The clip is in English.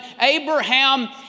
Abraham